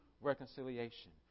reconciliation